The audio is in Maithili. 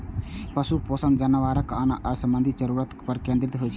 पशु पोषण जानवरक आहार संबंधी जरूरत पर केंद्रित होइ छै